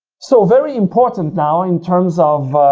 so, very important now in terms of